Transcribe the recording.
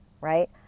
right